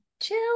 chill